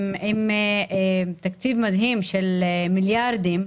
עם תקציב מדהים של מיליארדים,